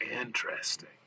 Interesting